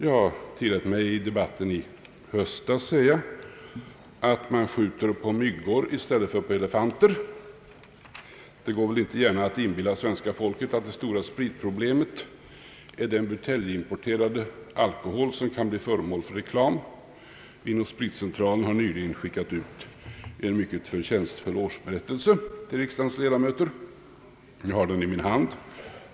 Jag tillät mig i höstas säga att man skjuter på myggor i stället för på elefanter. Det går inte att inbilla svenska folket att det stora spritproblemet utgörs av den buteljimporterade alkohol som kan bli föremål för reklam. Vinoch spritcentralen har nyligen skickat ut en förtjänstfull årsberättelse till riksdagens ledamöter, som jag har här i min hand.